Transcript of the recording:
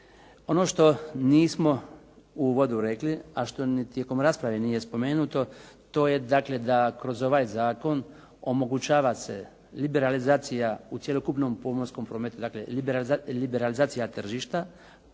Ono što nismo u uvodu rekli, a što ni tijekom rasprave nije spomenuto, to je dakle da kroz ovaj zakon omogućava se liberalizacija u cjelokupnom pomorskom prometu, dakle liberalizacija tržišta,